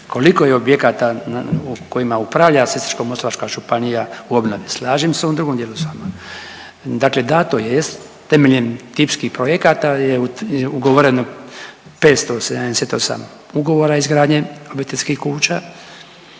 koliko je objekata kojima upravlja Sisačko-moslavačka županija u obnovi. Slažem se u ovom drugom dijelu s vama. Dakle, dato je temeljem tipskih projekata je ugovoreno 578 ugovora izgradnje obiteljskih kuća